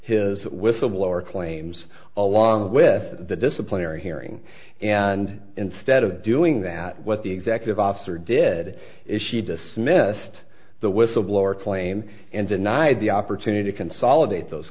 his whistleblower claims along with the disciplinary hearing and instead of doing that what the executive officer did ishy dismissed the whistleblower claim and denied the opportunity to consolidate those